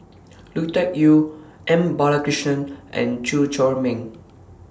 Lui Tuck Yew M Balakrishnan and Chew Chor Meng